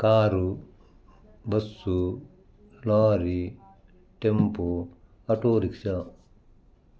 car bus lorry tempo auto rickshaw